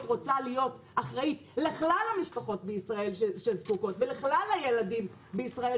רוצה להיות אחראית לכלל המשפחות בישראל שזקוקות ולכלל הילדים בישראל